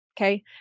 Okay